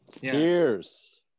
Cheers